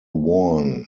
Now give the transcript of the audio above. worn